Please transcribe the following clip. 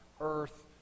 earth